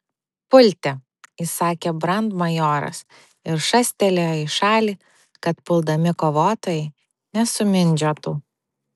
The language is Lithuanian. pulti įsakė brandmajoras ir šastelėjo į šalį kad puldami kovotojai nesumindžiotų